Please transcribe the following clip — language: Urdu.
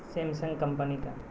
سیمسنگ کمپنی کا